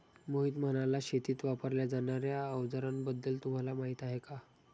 मोहित म्हणाला, शेतीत वापरल्या जाणार्या अवजारांबद्दल तुम्हाला माहिती आहे का?